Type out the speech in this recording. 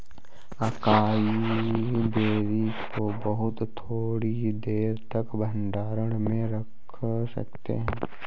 acai berry को बहुत थोड़ी देर तक भंडारण में रख सकते हैं